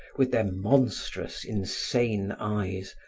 with their monstrous, insane eyes,